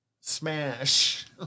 Smash